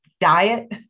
diet